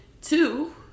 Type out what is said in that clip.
two